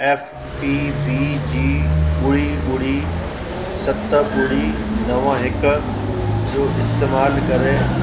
F P B जी ॿुड़ी ॿुड़ी सत ॿुड़ी नव हिक जो इस्तेमालु करे